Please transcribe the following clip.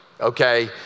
Okay